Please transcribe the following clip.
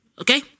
okay